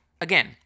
again